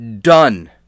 done